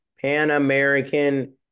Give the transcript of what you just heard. Pan-American